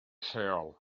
lleol